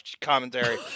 commentary